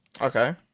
Okay